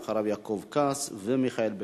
אחריו, יעקב כץ ומיכאל בן-ארי.